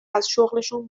ازشغلشون